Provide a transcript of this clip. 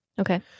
okay